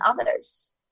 others